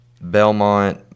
Belmont